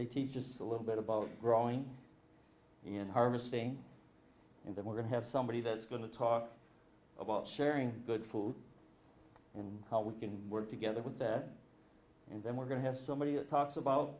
they teach just a little bit about growing you know harm a sting and then we're going to have somebody that's going to talk about sharing good food and how we can work together with that and then we're going to have somebody that talks about